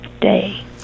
day